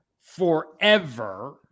forever